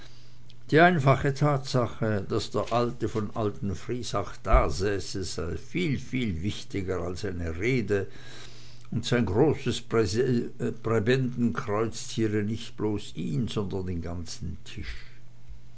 die einfache tatsache daß der alte von alten friesack dasäße sei viel viel wichtiger als eine rede und sein großes präbendenkreuz ziere nicht bloß ihn sondern den ganzen tisch